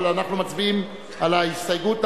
אבל אנחנו מצביעים על ההסתייגות.